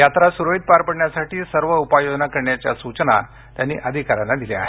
यात्रा सुरळीत पार पडण्यासाठी सर्व उपाय योजना करण्याच्या सूचना त्यांनी अधिकाऱ्यांना दिल्या आहेत